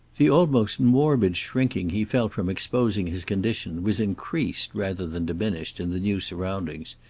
the almost morbid shrinking he felt from exposing his condition was increased, rather than diminished, in the new surroundings.